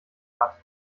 hat